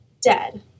dead